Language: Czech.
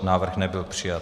Návrh nebyl přijat.